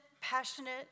passionate